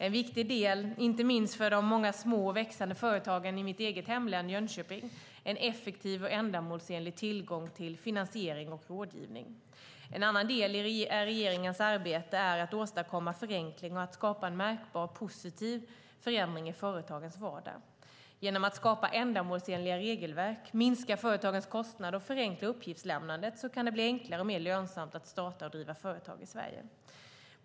En viktig del - inte minst för de många små och växande företagen i mitt eget hemlän Jönköping - är en effektiv och ändamålsenlig tillgång till finansiering och rådgivning. En annan del i regeringens arbete är att åstadkomma förenklingar och att skapa en märkbart positiv förändring i företagens vardag. Genom att skapa ändamålsenliga regelverk, minska företagens kostnader och förenkla uppgiftslämnandet kan det bli enklare och mer lönsamt att starta och driva företag i Sverige.